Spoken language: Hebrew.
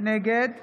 נגד